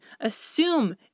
assume